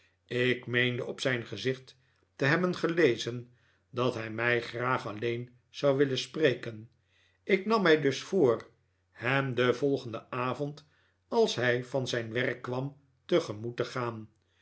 ik meende op zijn gezicht te hebben gelezen dat hij mij graag alleen zou willen spreken ik nam mij dus voor hem den volgenden avond als hij van zijn werk kwam tegemoet te gaan